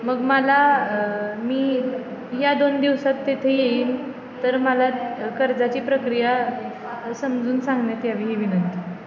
मग मला मी या दोन दिवसात तेथे येईन तर मला कर्जाची प्रक्रिया समजून सांगण्यात यावी ही विनंती